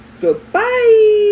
Goodbye